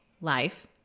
life